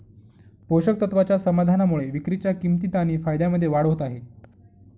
पोषक तत्वाच्या समाधानामुळे विक्रीच्या किंमतीत आणि फायद्यामध्ये वाढ होत आहे